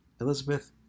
Elizabeth